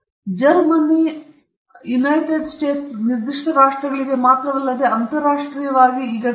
ಇದು Germany United States ನಿರ್ದಿಷ್ಟ ರಾಷ್ಟ್ರಗಳಿಗೆ ಮಾತ್ರವಲ್ಲದೇ ಅಂತರರಾಷ್ಟ್ರೀಯವಾಗಿ ಸರಿಯಾಗಿದೆ